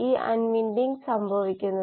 പ്രധാന കാര്യം ഇരട്ടയായി എണ്ണൽ പാടില്ല